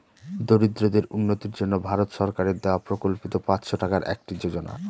দরিদ্রদের উন্নতির জন্য ভারত সরকারের দেওয়া প্রকল্পিত পাঁচশো টাকার একটি যোজনা